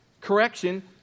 Correction